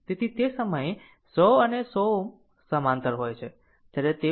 તેથી તે સમયે 100 અને 100 Ω સમાંતર હોય છે જ્યારે તે ઓપન હોય